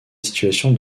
situation